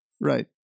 Right